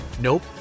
Nope